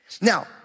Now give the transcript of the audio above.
Now